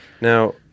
Now